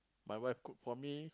my wife cook for me